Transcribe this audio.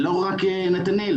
זה לא רק נתנאל,